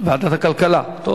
בוועדת הכלכלה נתקבלה.